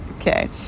okay